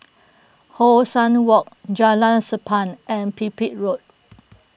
How Sun Walk Jalan Sappan and Pipit Road